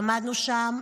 עמדנו שם,